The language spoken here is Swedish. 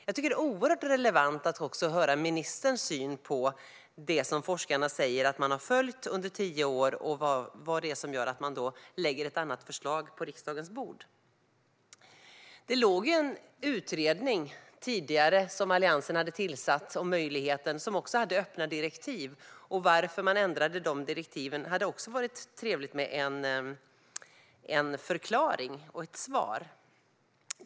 Jag tycker att det vore oerhört relevant att få höra ministerns syn på det som forskarna säger att man har följt under tio år och vad det är som gör att regeringen lägger fram ett annat förslag på riksdagens bord. Alliansen tillsatte en utredning, med öppna direktiv, om möjligheten till en tioårig grundskola. Varför regeringen ändrade direktiven hade det också varit trevligt med en förklaring till och ett svar på.